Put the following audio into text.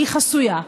היא חסויה,